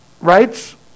rights